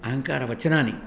अहङ्कारवचनानि